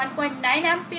9 Amps 2